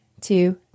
two